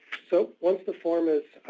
so once the form is